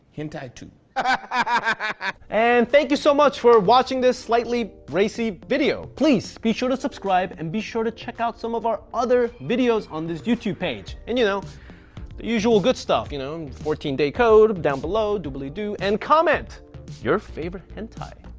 hentai, too and thank you so much for watching this slightly racy video. please be sure to subscribe and be sure to check out some of our other videos on this youtube page and you know the usual good stuff. you know, fourteen day code down below, doobly-doo, and comment your favorite hentai